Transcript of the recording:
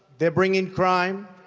they're bringing crime.